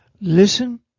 Listen